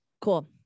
Cool